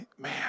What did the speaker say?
man